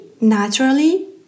naturally